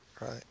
right